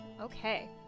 Okay